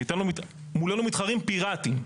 כי מולנו מתחרים פיראטים.